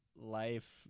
life